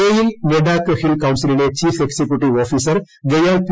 ലേയിൽ Ladakh hill കൌൺസിലിലെ chief executive officer Gyal P